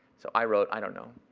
so i wrote, i don't know,